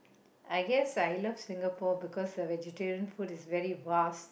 I guess I love Singapore because uh vegetarian food is very vast